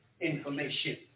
information